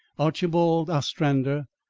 archibald ostrander,